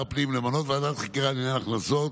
הפנים למנות ועדת חקירה לעניין הכנסות